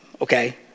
okay